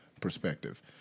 perspective